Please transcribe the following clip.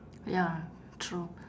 ya true